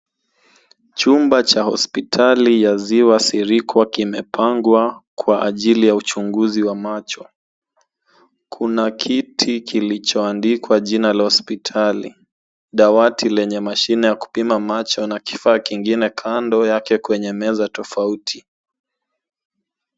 Chumba cha hospitali ya Ziwa Sirikwa kimepangwa kwa ajili ya uchunguzi wa macho. Kuna kiti kilichoandikwa jina la hospitali, dawati lenye mashine ya kupima macho na kifaa kingine kando yake kwenye meza tofauti.